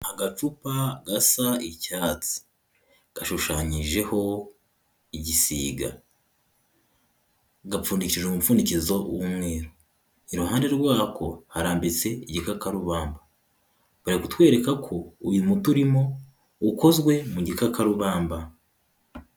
Agacupa gasa icyatsi, gashushanyije igisiga, gapfundije umupfundikizo w'umweru, iruhande rwako harambitse igikakarubamba, bari kutwereka ko uyu muti urimo ukozwe mu gikakarubamba.